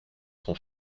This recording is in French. sont